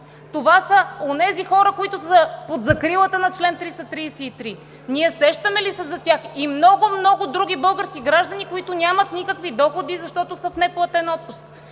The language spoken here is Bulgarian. Това са онези хора, които са под закрилата на чл. 333! Ние сещаме ли се за тях? И много, много други български граждани, които нямат никакви доходи, защото са в неплатен отпуск!